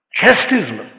chastisement